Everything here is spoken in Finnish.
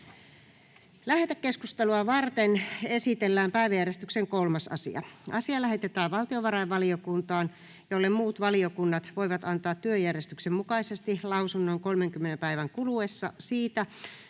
Lähetekeskustelua varten esitellään päiväjärjestyksen 3. asia. Asia lähetetään valtiovarainvaliokuntaan, jolle muut valiokunnat voivat antaa työjärjestyksen mukaisesti lausunnon 30 päivän kuluessa siitä,